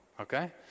Okay